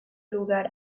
lugar